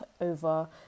over